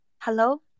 Hello